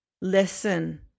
Listen